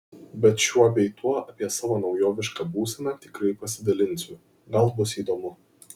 bet šiuo bei tuo apie savo naujovišką būseną tikrai pasidalinsiu gal bus įdomu